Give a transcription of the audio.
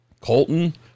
Colton